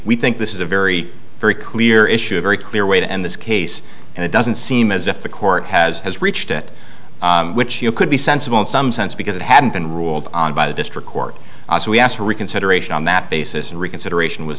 we think this is a very very clear issue a very clear way to end this case and it doesn't seem as if the court has has reached it which you could be sensible in some sense because it hadn't been ruled on by the district court so we asked for reconsideration on that basis and reconsideration was